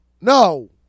No